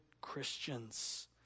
Christians